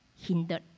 hindered